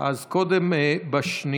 אז קודם השנייה,